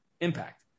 impact